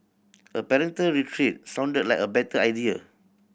a parental retreat sounded like a better idea